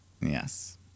Yes